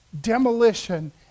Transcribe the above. demolition